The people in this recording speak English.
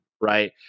right